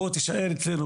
בוא תישאר אצלנו